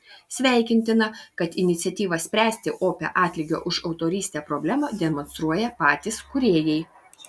sveikintina kad iniciatyvą spręsti opią atlygio už autorystę problemą demonstruoja patys kūrėjai